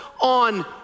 on